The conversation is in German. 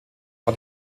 war